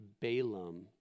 Balaam